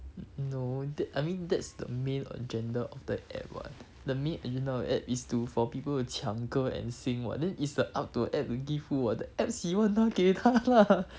no I mean that's the main agenda of the app [what] the main agenda of the app is to for people to 抢歌 and sing what then it's the up to the app to give who [what] the app 喜欢她给她 lah